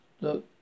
Look